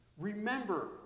Remember